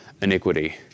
iniquity